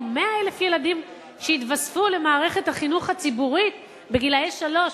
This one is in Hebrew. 100,000 ילדים שייווספו למערכת החינוך הציבורית בגיל שלוש.